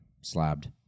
slabbed